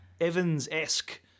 Evans-esque